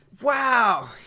Wow